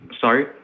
sorry